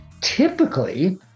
Typically